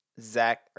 Zach